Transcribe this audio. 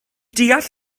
deall